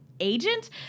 agent